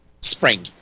spring